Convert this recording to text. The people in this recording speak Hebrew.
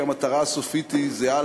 כי המטרה הסופית היא זהה,